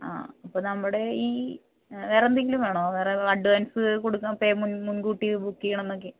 ആ അപ്പം നമ്മുടെ ഈ വേറെന്തെങ്കിലും വേണോ വേറെ അഡ്വാൻസ്സ് കൊടുക്കാൻ പേമെൻട് മുൻകൂട്ടി ബുക്ക് ചെയ്യണന്നക്കെ